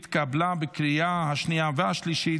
התקבלה בקריאה השנייה והשלישית,